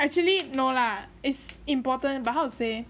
actually no lah is important but how to say